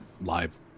live